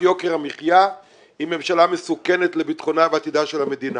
מיוקר המחיה היא ממשלה מסוכנת לביטחונה ולעתידה של המדינה.